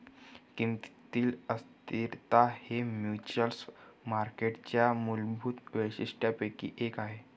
किमतीतील अस्थिरता हे फ्युचर्स मार्केटच्या मूलभूत वैशिष्ट्यांपैकी एक आहे